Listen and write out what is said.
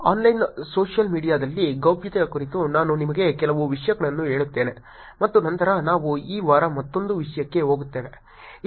online social ಮೀಡಿಯಾದಲ್ಲಿ ಗೌಪ್ಯತೆಯ ಕುರಿತು ನಾನು ನಿಮಗೆ ಕೆಲವು ವಿಷಯಗಳನ್ನು ಹೇಳುತ್ತೇನೆ ಮತ್ತು ನಂತರ ನಾವು ಈ ವಾರ ಮತ್ತೊಂದು ವಿಷಯಕ್ಕೆ ಹೋಗುತ್ತೇವೆ